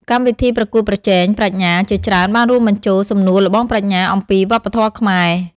កម្មវិធីប្រកួតប្រជែងប្រាជ្ញាជាច្រើនបានរួមបញ្ចូល សំណួរល្បងប្រាជ្ញាអំពី វប្បធម៌ខ្មែរ។